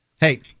Hey